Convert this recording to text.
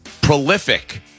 prolific